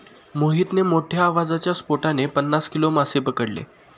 मोहितने मोठ्ठ्या आवाजाच्या स्फोटाने पन्नास किलो मासे पकडले